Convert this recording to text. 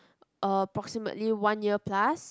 approximately one year plus